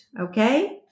okay